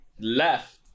Left